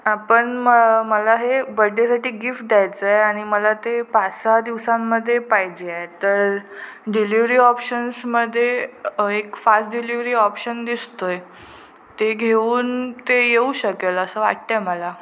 आपण म मला हे बड्डेसाठी गिफ्ट द्यायचं आहे आणि मला ते पाच सहा दिवसांमध्ये पाहिजे आहे तर डिलिव्हरी ऑप्शन्समध्ये एक फास्ट डिलिव्हरी ऑप्शन दिसतो आहे ते घेऊन ते येऊ शकेल असं वाटतं आहे मला